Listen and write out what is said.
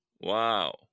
Wow